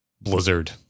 blizzard